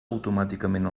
automàticament